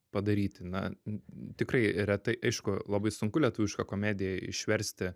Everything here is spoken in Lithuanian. padaryti na tikrai retai aišku labai sunku lietuvišką komediją išversti